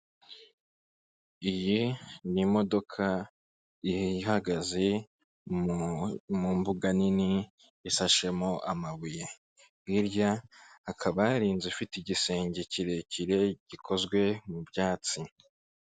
Iyi ni imodoka ihagaze mu... mu mbuga nini isashemo amabuye, hirya akaba hari inzu ifite igisenge kirekire gikozwe mu byatsi.